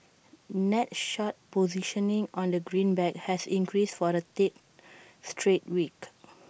net short positioning on the greenback has increased for A third straight week